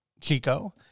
Chico